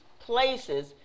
places